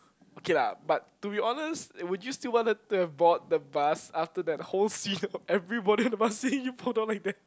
okay lah but to be honest would you still wanted to have board the bus after that whole scene of everybody on the bus seeing you fall down like that